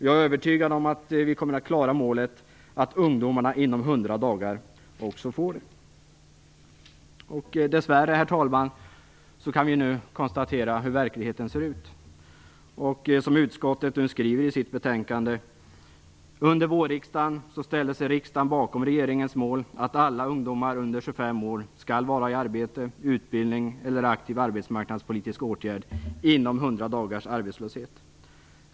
Jag är övertygad om att vi kommer att klara målet, att ungdomarna inom 100 dagar också får det." Dess värre, herr talman, kan vi nu konstatera hur verkligheten ser ut. Utskottet skriver i sitt betänkande: "Under vårriksdagen ställde sig riksdagen bakom regeringens mål att alla ungdomar under 25 år skall vara i arbete, utbildning eller aktiv arbetsmarknadspolitisk åtgärd inom 100 dagars arbetslöshet.